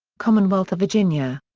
commonwealth of virginia.